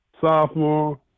sophomore